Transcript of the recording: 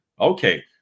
Okay